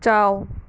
ꯆꯥꯎ